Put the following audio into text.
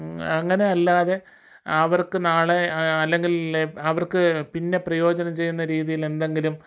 അങ്ങനെയല്ലാതെ അവർക്ക് നാളെ അല്ലെങ്കിൽ അവർക്ക് പിന്നെ പ്രയോജനം ചെയ്യുന്ന രീതിയിൽ എന്തെങ്കിലും